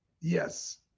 Yes